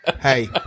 hey